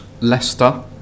Leicester